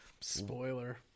spoiler